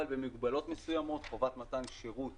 אבל במגבלות מסוימות: חובת מתן שירות